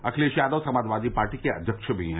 Akhilesh Yadav Samajwadi Party के अध्यक्ष भी हैं